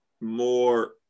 more